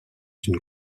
une